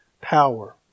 power